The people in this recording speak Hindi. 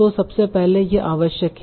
तो सबसे पहले यह आवश्यक है